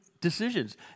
decisions